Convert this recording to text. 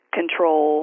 control